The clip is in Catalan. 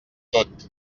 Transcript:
tot